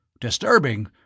Disturbing